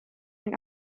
and